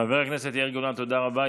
חבר הכנסת יאיר גולן, תודה רבה.